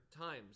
times